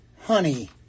honey